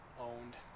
owned